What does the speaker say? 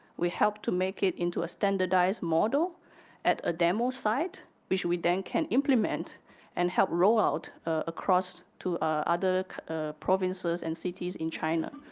we help to make it into a standardized model at a demo site, which we then can implement and help role out across to other provinces and cities in china,